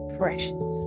precious